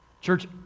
Church